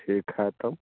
ठीक है तो